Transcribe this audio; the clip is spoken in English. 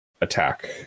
attack